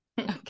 okay